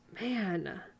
man